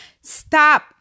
Stop